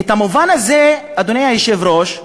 את המובן הזה, אדוני היושב-ראש,